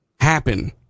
happen